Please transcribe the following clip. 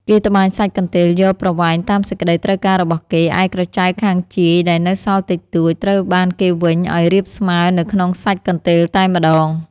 គេត្បាញសាច់កន្ទេលយកប្រវែងតាមសេចក្តីត្រូវការរបស់គេ ឯក្រចៅខាងជាយ ដែលនៅសល់តិចតួច ត្រូវបានគេវេញអោយរាបស្មើនៅក្នុងសាច់កន្ទេលតែម្តង ។